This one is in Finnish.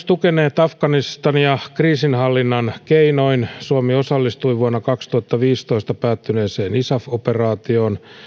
tukeneet afganistania myös kriisinhallinnan keinoin suomi osallistui vuonna kaksituhattaviisitoista päättyneeseen isaf operaatioon